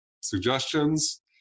suggestions